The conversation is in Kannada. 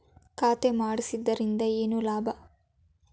ಖಾತೆ ಮಾಡಿಸಿದ್ದರಿಂದ ಏನು ಲಾಭ?